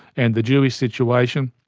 and the jewish situation,